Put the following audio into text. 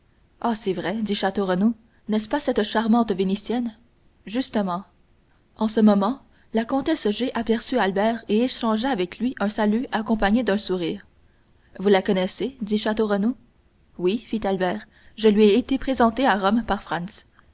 ah c'est vrai dit château renaud n'est-ce pas cette charmante vénitienne justement en ce moment la comtesse g aperçut albert et échangea avec lui un salut accompagné d'un sourire vous la connaissez dit château renaud oui fit albert je lui ai été présenté à rome par